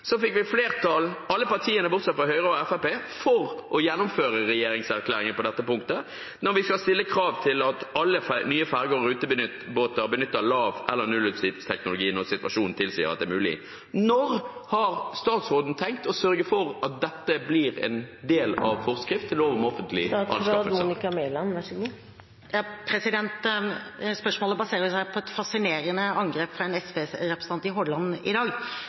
å gjennomføre regjeringserklæringen på dette punktet, da vi stilte krav til at alle nye ferjer og hurtigbåter benytter lav- eller nullutslippsteknologi når situasjonen tilsier at det er mulig. Når har statsråden tenkt å sørge for at dette blir en del av forskrift om offentlige anskaffelser? Spørsmålet baserer seg på et fascinerende angrep fra en SV-representant fra Hordaland i dag,